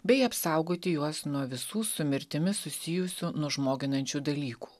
bei apsaugoti juos nuo visų su mirtimi susijusių nužmoginančių dalykų